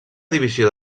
divisió